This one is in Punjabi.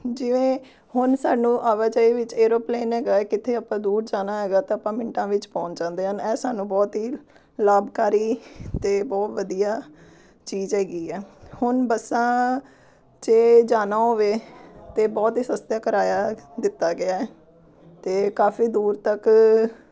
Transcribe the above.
ਜਿਵੇਂ ਹੁਣ ਸਾਨੂੰ ਆਵਾਜਾਈ ਵਿੱਚ ਏਰੋਪਲੇਨ ਹੈਗਾ ਹੈ ਕਿੱਥੇ ਆਪਾਂ ਦੂਰ ਜਾਣਾ ਹੈਗਾ ਤਾਂ ਆਪਾਂ ਮਿੰਟਾਂ ਵਿੱਚ ਪਹੁੰਚ ਜਾਂਦੇ ਹਨ ਐਹ ਸਾਨੂੰ ਬਹੁਤ ਹੀ ਲਾਭਕਾਰੀ ਅਤੇ ਬਹੁਤ ਵਧੀਆ ਚੀਜ਼ ਹੈਗੀ ਆ ਹੁਣ ਬੱਸਾਂ 'ਚ ਜਾਣਾ ਹੋਵੇ ਤਾਂ ਬਹੁਤ ਹੀ ਸਸਤੇ ਕਰਾਇਆ ਦਿੱਤਾ ਗਿਆ ਅਤੇ ਕਾਫੀ ਦੂਰ ਤੱਕ